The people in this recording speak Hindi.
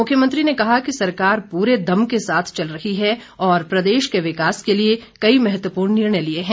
मुख्यमंत्री ने कहा कि सरकार पूरे दम के साथ चल रही है और प्रदेश के विकास के लिए कई महत्वपूर्ण निर्णय लिए हैं